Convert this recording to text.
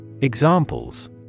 Examples